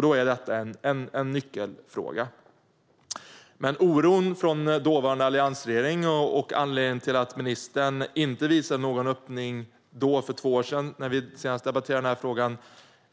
Då är detta en nyckelfråga. Oron från dåvarande alliansregeringen och anledningen till att ministern inte visade någon öppning för två år sedan när vi senast debatterade frågan